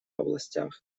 областях